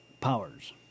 powers